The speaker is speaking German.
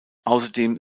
außerdem